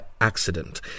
accident